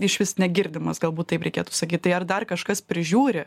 išvis negirdimas galbūt taip reikėtų sakyt tai ar dar kažkas prižiūri